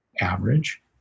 average